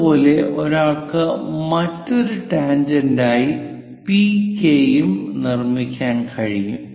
അതുപോലെ ഒരാൾക്ക് മറ്റൊരു ടാൻജെന്റായി പികെ യും നിർമ്മിക്കാൻ കഴിയും